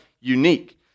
unique